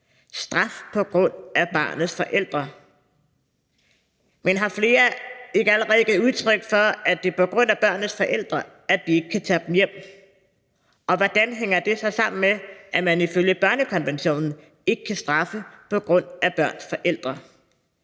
Straf på grund af barnets forældre! Men har flere ikke allerede givet udtryk for, at det er på grund af børnenes forældre, at vi ikke kan tage dem hjem? Og hvordan hænger det så sammen med, at man ifølge børnekonventionen ikke kan straffe på grund af børns forældre?